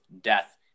death